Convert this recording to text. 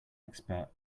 expert